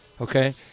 okay